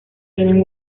tienen